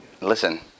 Listen